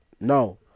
No